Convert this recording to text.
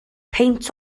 peint